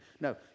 No